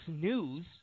News